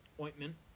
ointment